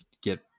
get